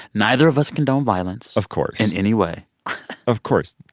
neither of us condone violence. of course. in any way of course.